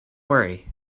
worry